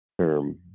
term